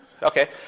Okay